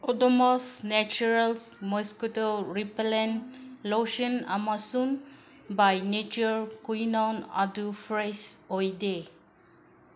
Odomos naturals mosquito repellent lotion ꯑꯃꯁꯨꯡ by nature ꯀ꯭ꯋꯤꯅꯥꯎ ꯑꯗꯨ ꯐ꯭ꯔꯦꯁ ꯑꯣꯏꯗꯦ